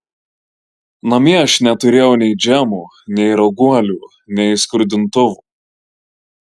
namie aš neturėjau nei džemo nei raguolių nei skrudintuvo